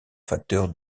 facteurs